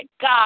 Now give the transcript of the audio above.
God